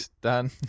done